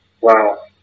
Wow